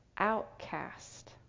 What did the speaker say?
outcast